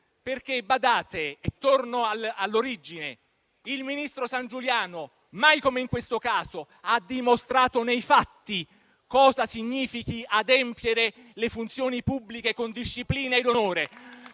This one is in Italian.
perché - torno all'origine - il ministro Sangiuliano mai come in questo caso ha dimostrato nei fatti cosa significhi adempiere alle funzioni pubbliche con disciplina e onore.